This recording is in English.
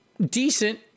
decent